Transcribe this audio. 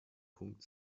punkt